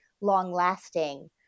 long-lasting